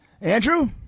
Andrew